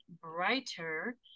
brighter